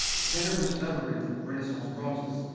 a tenebrous labyrinth of renaissance bronzes,